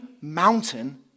mountain